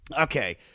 Okay